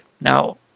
Now